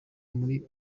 muri